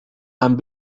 and